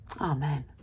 Amen